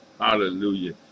Hallelujah